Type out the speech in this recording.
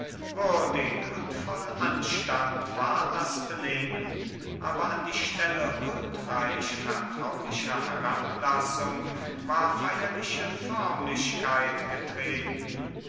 würdig und voll anstand war das benehmen aber an die stelle huldreich vertraulicher herablassung war feierliche förmlichkeit getreten